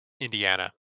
Indiana